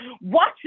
watch